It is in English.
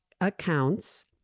accounts